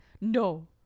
no